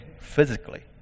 physically